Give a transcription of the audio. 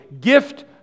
gift